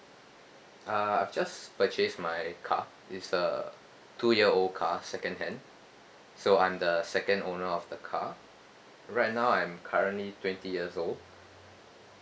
uh I've just purchased my car it's a two year old car second hand so I'm the second owner of the car right now I'm currently twenty years old